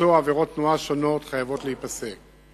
וביצוע עבירות תנועה שונות, חייבות להיפסק.